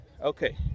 Okay